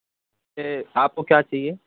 آپ کو کیا چاہیے